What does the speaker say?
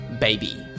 Baby